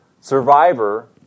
Survivor